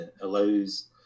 allows